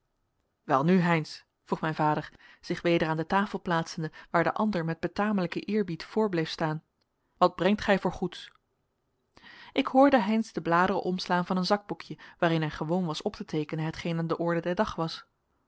welnu heynsz vroeg mijn vader zich weder aan de tafel plaatsende waar de ander met betamelijken eerbied voor bleef staan wat brengt gij voor goeds ik hoorde heynsz de bladeren omslaan van een zakboekje waarin hij gewoon was op te teekenen hetgeen aan de orde van den dag was